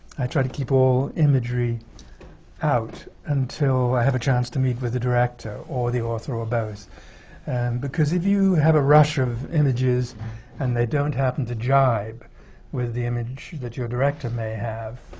i try to keep all imagery out until i have a chance to meet with the director or the author or both. and because if you have a rush of images and they don't happen to jibe with the image that your director may have,